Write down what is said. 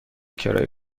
کرایه